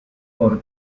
por